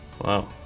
wow